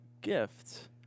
gift